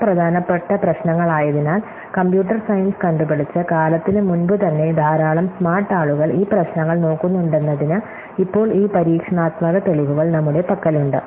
ഇവ പ്രധാനപ്പെട്ട പ്രശ്നങ്ങളായതിനാൽ കമ്പ്യൂട്ടർ സയൻസ് കണ്ടുപിടിച്ച കാലത്തിനുമുമ്പുതന്നെ ധാരാളം സ്മാർട്ട് ആളുകൾ ഈ പ്രശ്നങ്ങൾ നോക്കുന്നുണ്ടെന്നതിന് ഇപ്പോൾ ഈ പരീക്ഷണാത്മക തെളിവുകൾ നമ്മുടെ പക്കലുണ്ട്